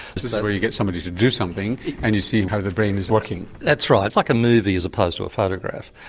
this is where you get somebody to do something and you see how their brain is working. that's right. it's like a movie as opposed to a photograph.